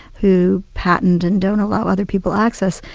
who patent and don't allow other people access,